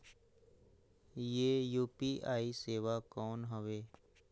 ये यू.पी.आई सेवा कौन हवे?